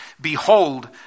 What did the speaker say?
Behold